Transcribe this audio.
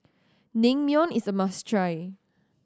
naengmyeon is a must try